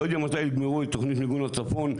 לא יודע מתי יגמרו את תוכנית מיגון הצפון,